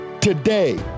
today